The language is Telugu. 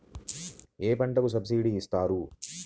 ఏ పంటకు సబ్సిడీ ఇస్తారు?